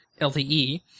LTE